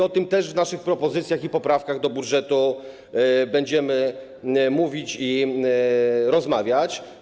O tym też w naszych propozycjach i poprawkach do budżetu będziemy mówić i o tym rozmawiać.